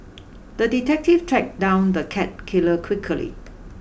the detective tracked down the cat killer quickly